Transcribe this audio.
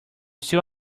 steal